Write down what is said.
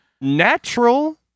natural